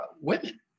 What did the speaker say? women